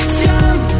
jump